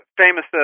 famous